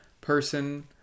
person